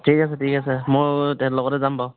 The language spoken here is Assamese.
ঠিক আছে ঠিক আছে মই তেখেতৰ লগতে যাম বাৰু